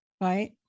right